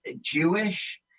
Jewish